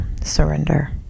surrender